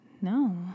No